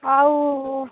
ଆଉ